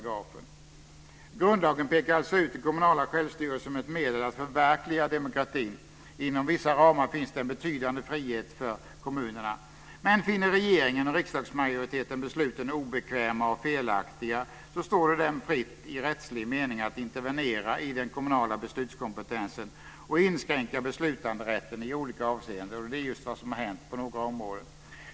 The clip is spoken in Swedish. Grundlagen pekar alltså ut den kommunala självstyrelsen som ett medel att förverkliga demokratin. Inom vissa ramar finns det en betydande frihet för kommunerna. Men finner regeringen och riksdagsmajoriteten besluten obekväma eller felaktiga står det dem fritt - i rättslig mening - att intervenera i den kommunala beslutskompetensen och inskränka beslutanderätten i olika avseenden. Det är just vad som har hänt på några områden.